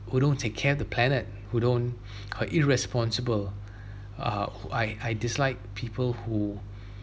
who don't take care of the planet who don't uh irresponsible uh I I dislike people who